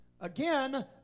Again